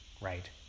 right